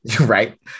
Right